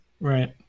Right